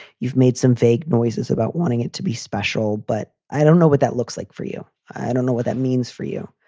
you've made some vague noises about wanting it to be special, but i don't know what that looks like for you. i don't know what that means for you.